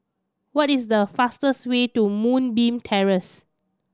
what is the fastest way to Moonbeam Terrace